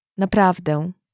Naprawdę